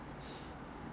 pillow 多重